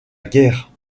guerre